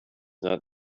not